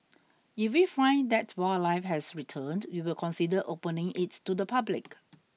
if we find that wildlife has returned we will consider opening its to the public